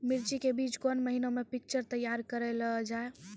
मिर्ची के बीज कौन महीना मे पिक्चर तैयार करऽ लो जा?